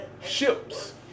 ships